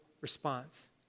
response